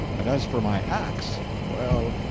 and as for my axe well,